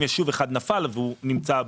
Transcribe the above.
אם יישוב אחד נפל והוא נמצא בגבול,